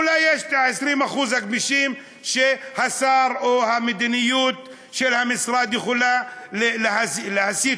אולי יש 20% הגמישים שהשר או המדיניות של המשרד יכולים להסיט.